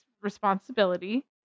responsibility